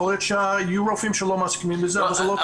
יכול להיות שיהיו רופאים שלא מסכימים לזה אבל זה לא תפקידם.